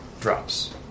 drops